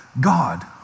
God